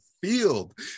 field